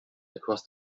across